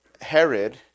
Herod